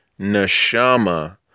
Neshama